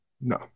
No